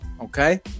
Okay